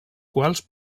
quals